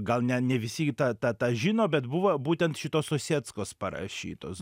gal ne ne visi tą tą tą žino bet buvo būtent šitos osieckos parašytos